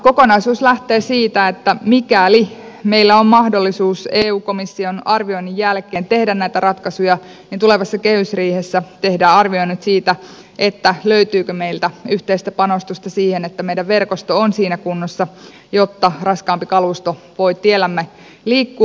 kokonaisuus lähtee siitä että mikäli meillä on mahdollisuus eu komission arvioinnin jälkeen tehdä näitä ratkaisuja niin tulevassa kehysriihessä tehdään arvioinnit siitä löytyykö meiltä yhteistä panostusta siihen että meidän verkosto on siinä kunnossa jotta raskaampi kalusto voi teillämme liikkua